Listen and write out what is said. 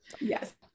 Yes